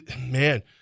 man